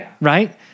right